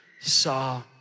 saw